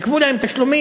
עיכבו להם תשלומים.